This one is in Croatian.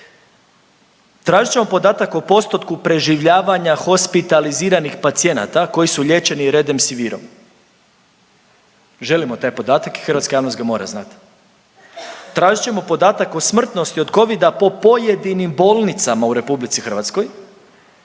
Tražit ćemo podatak o postotku preživljavanja hospitaliziranih pacijenata koji su liječeni redemsivirom. Želimo taj podatak i hrvatska javnost ga mora znati. Tražit ćemo podatak o smrtnosti od Covida po pojedinim bolnicama u RH, a